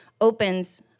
opens